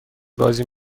بازی